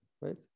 right